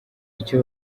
icyo